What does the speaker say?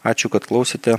ačiū kad klausėte